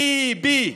בי-בי,